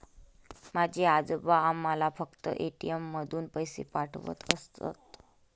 माझे आजोबा आम्हाला फक्त ए.टी.एम मधून पैसे पाठवत असत